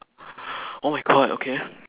oh my god okay